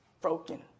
broken